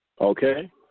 Okay